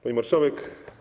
Pani Marszałek!